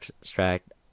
Abstract